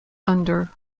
under